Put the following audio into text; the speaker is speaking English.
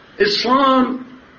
Islam